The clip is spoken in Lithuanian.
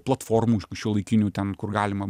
platformų šiuolaikinių ten kur galima